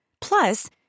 Plus